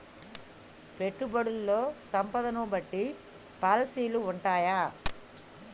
పెట్టుబడుల్లో సంపదను బట్టి పాలసీలు ఉంటయా?